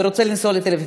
ורוצה לנסוע לתל אביב,